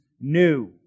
new